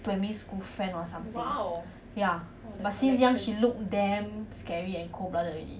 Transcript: primary school friend or something ya but since young she look damn scary and cold blooded already